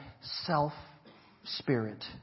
self-spirit